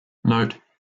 note